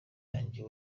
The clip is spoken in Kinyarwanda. yanjye